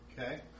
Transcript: Okay